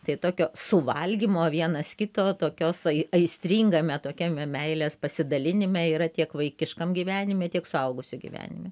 tai tokio suvalgymo vienas kito tokios aistringame tokiame meilės pasidalinime yra tiek vaikiškam gyvenime tiek suaugusių gyvenime